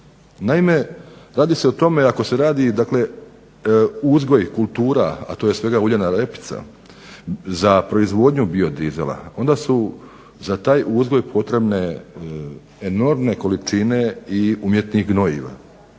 Naime, radi se o tome ako se radi uzgoj kultura, to je prije svega uljana repica za proizvodnja bio dizela, onda su za taj uzgoj potrebne enormne količine umjetnih gnojiva,